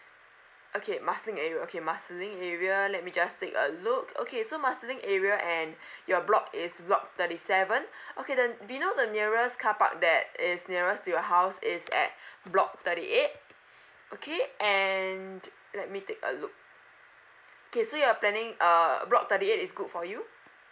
okay marsiling area okay marsiling area let me just take a look okay so marsiling area and your block is block thirty seven okay then vino the nearest carpark that is nearest to your house is at block thirty eight okay and let me take a look okay so you're planning err block thirty eight is good for you